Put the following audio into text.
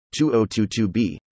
2022b